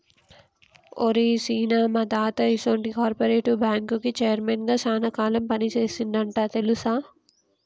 ఓరి సీన, మా తాత ఈసొంటి కార్పెరేటివ్ బ్యాంకుకి చైర్మన్ గా సాన కాలం పని సేసిండంట తెలుసా